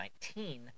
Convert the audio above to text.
2019